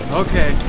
okay